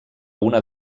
una